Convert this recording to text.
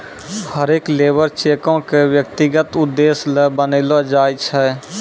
हरेक लेबर चेको क व्यक्तिगत उद्देश्य ल बनैलो जाय छै